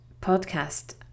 podcast